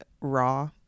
raw